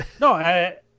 No